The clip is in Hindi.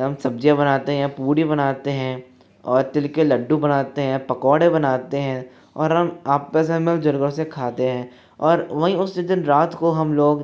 हम सब्जियां बनाते हैं पूड़ी बनाते हैं और तिल के लड्डू बनाते हैं पकोड़े बनाते हैं और हम आपस में मिलजुल उसे खाते हैं और वहीं उसी दिन रात को हम लोग